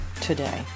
today